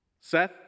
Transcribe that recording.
Seth